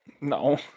No